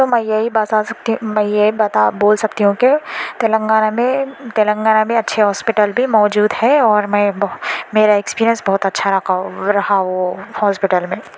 تو میں یہی بات سکتی میں یہی بتا بول سکتی ہوں کہ تلنگانہ میں تلنگانہ میں اچھے ہاسپیٹل بھی موجود ہیں اور میں میرا ایکسپرینس بہت اچھا رہا وہ ہاسپیٹل میں